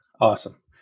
Awesome